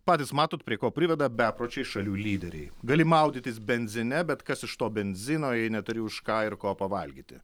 patys matot prie ko priveda bepročiai šalių lyderiai gali maudytis benzine bet kas iš to benzino jei neturi už ką ir ko pavalgyti